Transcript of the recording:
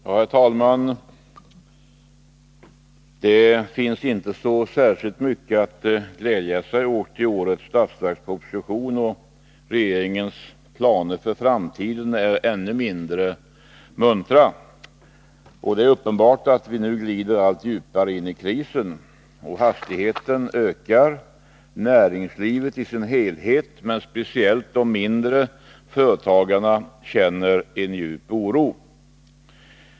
Herr talman! Det finns inte särskilt mycket att glädja sig åt i årets budgetproposition, och regeringens planer för framtiden är ännu mindre muntra. Det är uppenbart att vi glider allt djupare in i krisen. Hastigheten ökar. Näringslivet i sin helhet, men speciellt de mindre företagarna, känner djup oro.